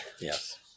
Yes